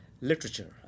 literature